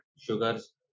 sugars